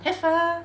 have ah